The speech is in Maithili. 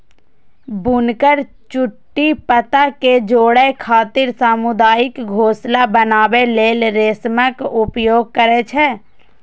बुनकर चुट्टी पत्ता कें जोड़ै खातिर सामुदायिक घोंसला बनबै लेल रेशमक उपयोग करै छै